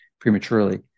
prematurely